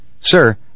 Sir